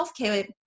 healthcare